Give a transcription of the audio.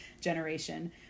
generation